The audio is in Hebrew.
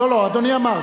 לא, לא, אדוני אמר.